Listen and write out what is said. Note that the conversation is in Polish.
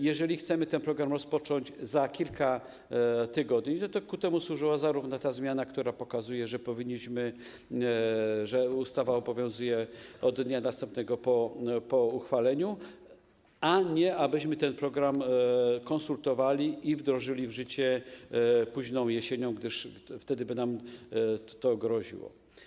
Jeżeli chcemy ten program rozpocząć za kilka tygodni, to temu służyła zarówno ta zmiana, która pokazuje, że ustawa obowiązuje od dnia następnego po uchwaleniu, a nie temu, abyśmy ten program konsultowali i wdrożyli w życie późną jesienią, gdyż wtedy by nam to groziło.